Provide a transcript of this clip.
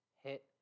hit